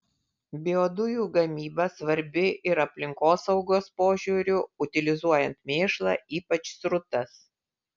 biodujų gamyba svarbi ir aplinkosaugos požiūriu utilizuojant mėšlą ypač srutas